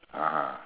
(uh huh)